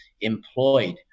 employed